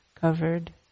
covered